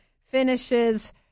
finishes